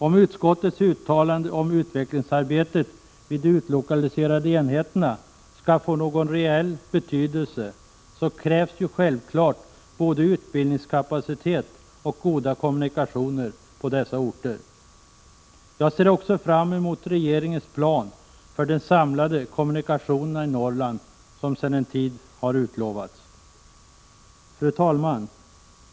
Om utskottets uttalande om utvecklingsarbetet vid de utlokaliserade enheterna skall få någon rejäl betydelse, krävs självfallet både utbildningskapacitet och goda kommunikationer på dessa orter. Jag ser också fram mot regeringens plan för de samlade kommunikationerna i Norrland som sedan en tid har utlovats. Fru talman!